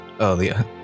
earlier